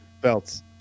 belts